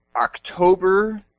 October